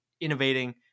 innovating